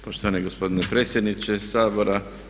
Poštovani gospodine predsjedniče Sabora.